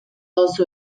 oso